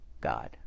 God